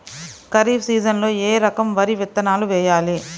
ఖరీఫ్ సీజన్లో ఏ రకం వరి విత్తనాలు వేయాలి?